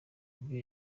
ibyo